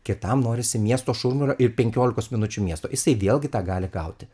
kitam norisi miesto šurmulio ir penkiolikos minučių miesto jisai vėlgi tą gali gauti